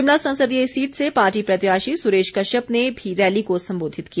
शिमला संसदीय सीट से पार्टी प्रत्याशी सुरेश कश्यप ने भी रैली को संबोधित किया